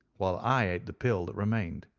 while i ate the pill that remained.